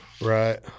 Right